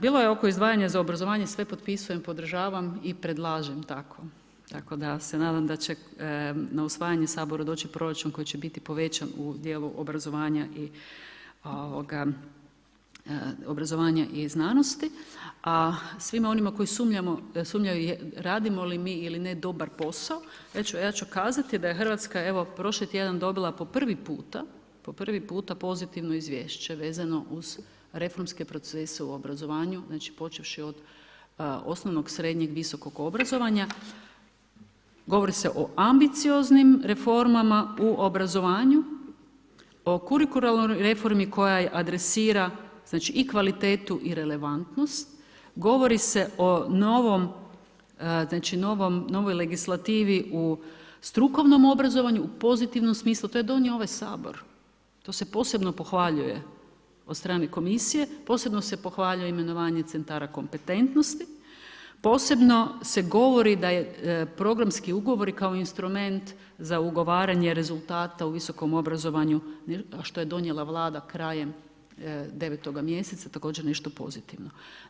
Bilo je oko izdvajanja za obrazovanje, sve potpisujem, podržavam i predlažem tako, tako da se nadam da će na usvajanje u Saboru doći proračun koji će biti povećan u djelu obrazovanja i znanosti a svima onima koji sumnjaju radimo li mi ili ne dobar posao, ja ću kazati da je Hrvatska evo, prošli tjedan dobila po prvi puta pozitivno izvješće vezano uz reformske procese u obrazovanju znači počevši od osnovnog, srednjeg i visokog obrazovanja, govori se o ambicioznim reformama u obrazovanju, o kurikularnoj reformi koja adresira i kvalitetu i relevantnost, govori se o novoj legislativi u strukovnom obrazovanju u pozitivnom smislu, to je donio ovaj Sabor, to se posebno pohvaljuje od strane Komisije, posebno se pohvaljuje imenovanje centara kompetentnosti, posebno se govori da problemski ugovori kao instrument za ugovaranje rezultata u visokom obrazovanju a što je donijela Vlada krajem 9. mj., također nešto pozitivno.